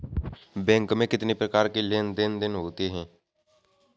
Bank में कितनी प्रकार के लेन देन देन होते हैं?